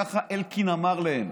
ככה אלקין אמר להם.